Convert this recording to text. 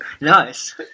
Nice